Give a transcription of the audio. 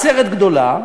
עצרת גדולה,